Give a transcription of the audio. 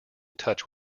touch